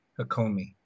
Hakomi